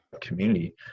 community